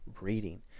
reading